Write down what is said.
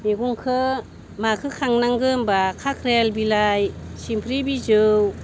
मैगंखौ माखौ खानांगौ होनबा खाख्रियाल बिलाइ सिमफ्रि बिजौ